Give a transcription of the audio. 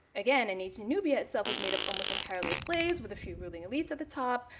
again, in ancient nubia itself was made up almost entirely of slaves with a few ruling elites at the top.